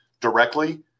directly